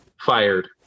Fired